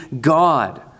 God